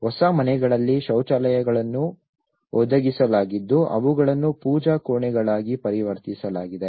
ಹೊಸ ಮನೆಗಳಲ್ಲಿ ಶೌಚಾಲಯಗಳನ್ನು ಒದಗಿಸಲಾಗಿದ್ದು ಅವುಗಳನ್ನು ಪೂಜಾ ಕೋಣೆಗಳಾಗಿ ಪರಿವರ್ತಿಸಲಾಗಿದೆ